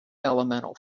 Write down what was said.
elemental